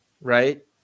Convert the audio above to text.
Right